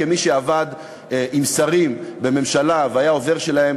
כמי שעבד עם שרים בממשלה והיה העוזר שלהם